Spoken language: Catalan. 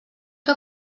que